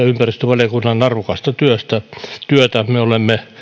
ympäristövaliokunnan arvokasta työtä me olemme